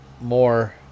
more